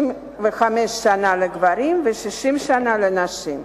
65 שנה לגברים ו-60 שנה לנשים.